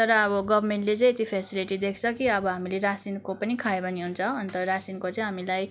तर अब गभर्मेन्टले चाहिँ त्यो फ्यासिलिटी दिएको छ कि तर अब हामीले रासिनको पनि खायो भने हुन्छ अन्त रासिनको चाहिँ हामीलाई